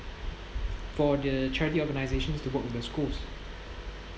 for the charity organisations to work with the schools